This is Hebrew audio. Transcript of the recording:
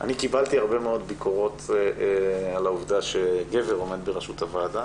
אני קיבלתי הרבה מאוד ביקורות על העובדה שגבר עומד בראשות הוועדה,